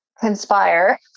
conspire